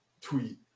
tweet